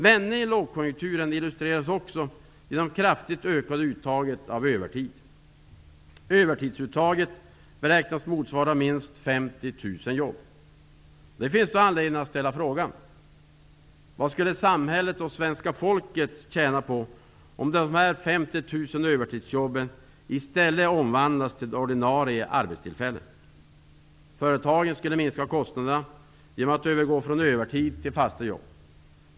Vändningen i lågkonjunkturen illustreras också genom det kraftigt ökade uttaget av övertid. jobb. Det finns anledning att ställa frågan: Vad skulle samhället och svenska folket tjäna om dessa 50 000 övertidsjobb i stället omvandlas till ordinarie arbetstillfällen? Företagen skulle minska kostnaderna genom att övergå från övertid till fasta jobb.